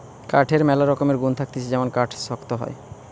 কাঠের ম্যালা রকমের গুন্ থাকতিছে যেমন কাঠ শক্ত হয়